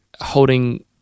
holding